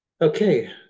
Okay